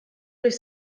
durch